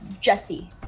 Jesse